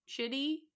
Shitty